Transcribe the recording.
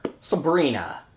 Sabrina